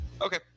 okay